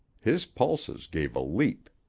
his pulses gave a leap.